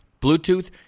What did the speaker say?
Bluetooth